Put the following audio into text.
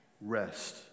rest